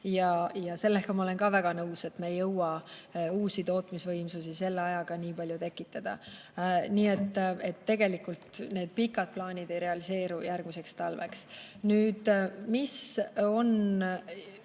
ja sellega ma olen ka väga nõus, et me ei jõua uusi tootmisvõimsusi selle ajaga nii palju tekitada. Tegelikult need pikad plaanid ei realiseeru järgmiseks talveks. Nüüd, mis on